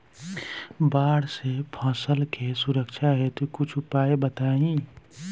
बाढ़ से फसल के सुरक्षा हेतु कुछ उपाय बताई?